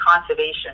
conservation